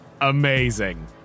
Amazing